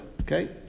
okay